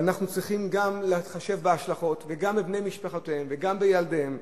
ואנחנו צריכים גם להתחשב בהשלכות וגם בבני משפחותיהם וגם בילדיהם,